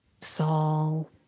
Saul